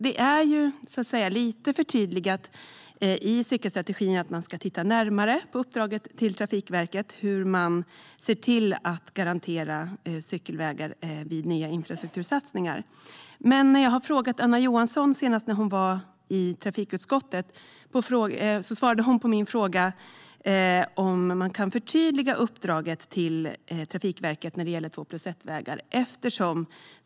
Det är lite förtydligat i cykelstrategin att det ska tittas närmare på uppdraget till Trafikverket angående hur man ser till att garantera cykelvägar vid nya infrastruktursatsningar. Jag har dock frågat Anna Johansson - senast när hon var i trafikutskottet - om det går att förtydliga uppdraget till Trafikverket när det gäller två-plus-ett-vägar.